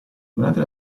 durante